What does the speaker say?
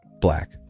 Black